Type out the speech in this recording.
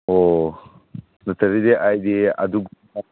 ꯑꯣ ꯅꯠꯇꯔꯗꯤ ꯑꯩꯗꯤ